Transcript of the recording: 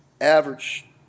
average